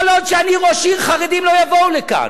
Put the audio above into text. כל עוד אני ראש עיר, חרדים לא יבואו לכאן.